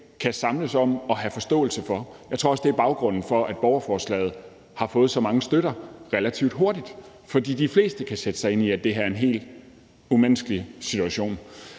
kan samles om og have forståelse for. Jeg tror også, det er baggrunden for, at borgerforslaget har fået så mange støtter relativt hurtigt, altså fordi de fleste kan sætte sig ind i, at det her er en helt umenneskelig situation.